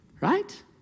Right